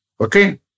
Okay